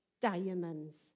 Diamonds